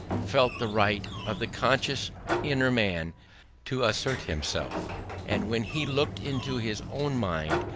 felt the right of the conscious inner man to assert himself and when he looked into his own mind,